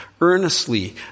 earnestly